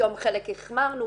פתאום חלק החמרנו,